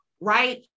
right